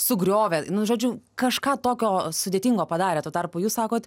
sugriovė nu žodžiu kažką tokio sudėtingo padarė tuo tarpu jūs sakot